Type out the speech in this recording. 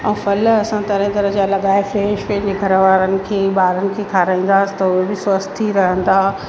ऐं फल असां तरह तरह जा लॻाए फ्रेश पंहिंजे घर वारनि खे ॿारनि खे खाराईंदासीं त उहो बि स्वस्थ थी रहंदा